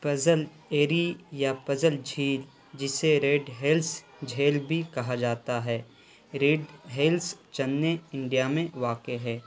puzzle Eri یا پزل جھیل جسے ریڈ ہیلس جھیل بھی کہا جاتا ہے ریڈ ہیلس چنئی انڈیا میں واقع ہے